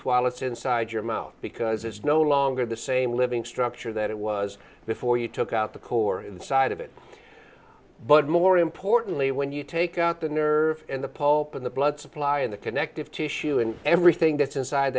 swallow it inside your mouth because it's no longer the same living structure that it was before you took out the core inside of it but more importantly when you take out the nerve and the pulp in the blood supply and the connective tissue and everything that's inside